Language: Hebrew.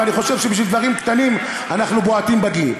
ואני חושב שבגלל דברים קטנים אנחנו בועטים בדלי.